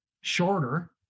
shorter